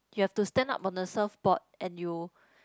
you have to stand up on the surf board and you